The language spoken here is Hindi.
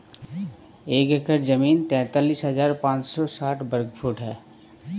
एक एकड़ जमीन तैंतालीस हजार पांच सौ साठ वर्ग फुट है